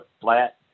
flat